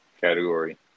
category